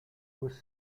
was